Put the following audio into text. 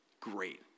Great